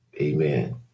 Amen